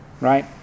right